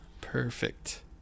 perfect